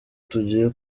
tugiye